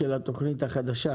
של התוכנית החדשה.